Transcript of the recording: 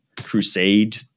crusade